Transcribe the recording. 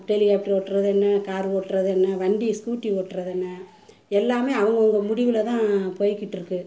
டெலிகாப்ட்ரு ஓட்டுறது என்ன கார் ஓட்டுறது என்ன வண்டி ஸ்கூட்டி ஓட்டுறது என்ன எல்லாமே அவுங்கவங்க முடிவில்தான் போயிக்கிட்டிருக்கு